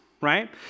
right